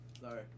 Sorry